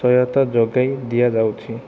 ସହାୟତା ଯୋଗାଇ ଦିଅଯାଉଛି